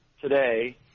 today